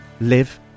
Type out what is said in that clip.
live